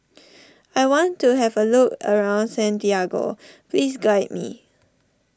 I want to have a look around Santiago please guide me